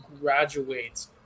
graduates